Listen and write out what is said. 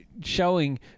showing